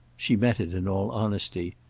she met it in all honesty.